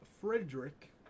frederick